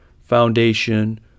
foundation